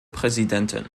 präsidentin